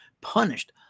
punished